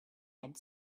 had